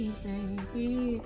baby